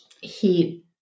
heat